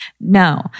no